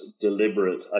deliberate